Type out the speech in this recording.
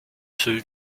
too